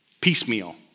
piecemeal